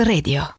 Radio